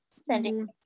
sending